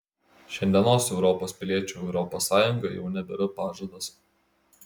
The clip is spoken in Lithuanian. šiandienos europos piliečiui europos sąjunga jau nebėra pažadas